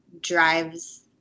drives